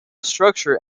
structure